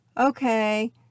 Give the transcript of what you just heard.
okay